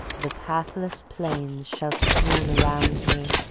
the pathless plains shall swoon around me,